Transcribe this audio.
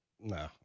No